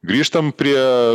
grįžtam prie